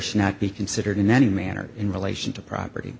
should not be considered in any manner in relation to property